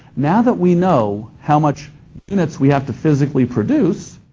now that we know how much units we have to physically produce,